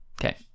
Okay